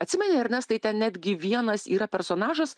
atsimeni ernestai ten netgi vienas yra personažas